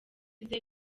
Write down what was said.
nshuti